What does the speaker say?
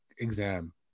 Exam